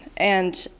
and,